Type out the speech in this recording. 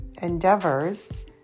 endeavors